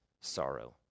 sorrow